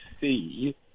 see